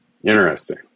interesting